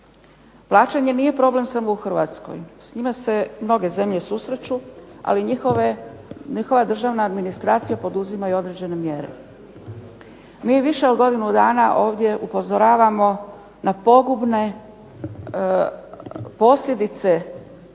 Plaćanje nije samo problem u Hrvatskoj. S njima se mnoge zemlje susreću, ali njihova državna administracija poduzima određene mjere. Mi više od godinu dana ovdje upozoravamo na pogubne posljedice